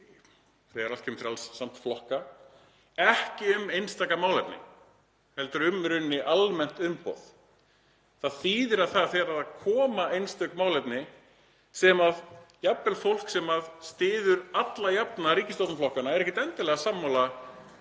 þegar allt kemur til alls samt flokka, ekki um einstaka málefni heldur um almennt umboð. Það þýðir að þegar upp koma einstök málefni sem fólk sem styður alla jafna ríkisstjórnarflokkana er ekkert endilega sammála